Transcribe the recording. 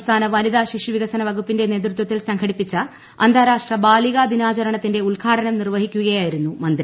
സംസ്ഥാന വനിത ശിശു വികസന വകുപ്പിന്റെ നേതൃത്വത്തിൽ സംഘടിപ്പിച്ച അന്താരാഷ്ട്ര ബാലികാ ദിനാചരണത്തിൻറെ ഉദ്ഘാടനം നിർവഹിക്കുകയായിരുന്നു മന്ത്രി